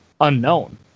unknown